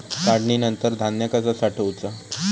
काढणीनंतर धान्य कसा साठवुचा?